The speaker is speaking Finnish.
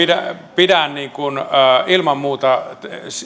pidän ilman muuta